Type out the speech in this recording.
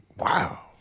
Wow